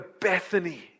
Bethany